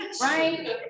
Right